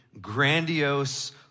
grandiose